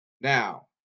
Now